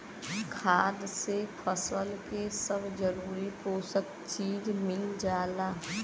खाद से फसल के सब जरूरी पोषक चीज मिल जाला